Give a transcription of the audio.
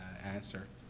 answer.